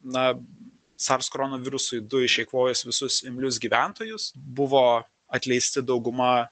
na sars koronavirusui du išeikvojus visus imlius gyventojus buvo atleisti dauguma